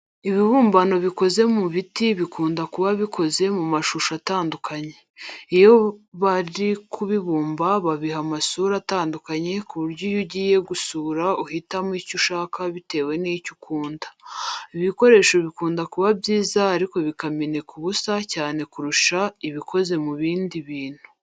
Ibibumbano bikoze mu biti bikunda kuba bikoze mu mashusho atandukanye. Iyo bari kubibumba babiha amasura atandukanye ku buryo iyo ugiye kugura uhitamo icyo ushaka bitewe n'icyo ukunda. Ibi bikoresho bikunda kuba byiza ariko bikameneka ubusa cyane kurusha ibikoze mu bindi bintu.